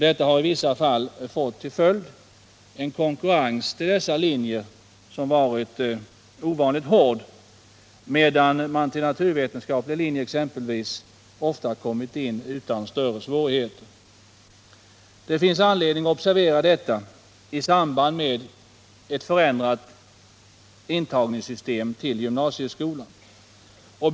Detta har i vissa fall fått till följd en konkurrens till dessa linjer som varit ovanligt hård, medan man exempelvis till naturvetenskaplig linje ofta kommit in utan större svårighet. Det finns anledning att observera detta i samband med ett förändrat system för intagning till gymnasieskolan.